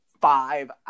five